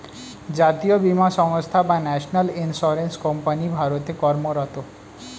জাতীয় বীমা সংস্থা বা ন্যাশনাল ইন্স্যুরেন্স কোম্পানি ভারতে কর্মরত